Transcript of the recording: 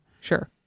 Sure